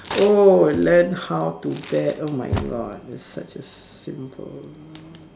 oh learn how to bet oh my God it's such a simple